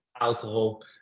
alcohol